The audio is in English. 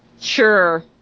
Sure